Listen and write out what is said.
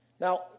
Now